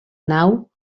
nau